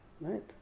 Right